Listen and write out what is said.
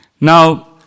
Now